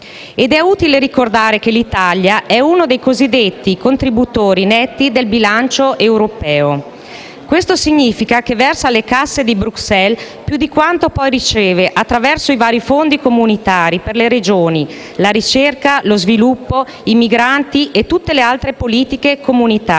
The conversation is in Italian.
Ed è utile ricordare che l'Italia è uno dei cosiddetti contributori netti del bilancio europeo. Questo significa che versa alle casse di Bruxelles più di quanto poi riceva attraverso i vari fondi comunitari per le Regioni, la ricerca, lo sviluppo, i migranti e tutte le altre politiche comunitarie.